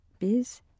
biz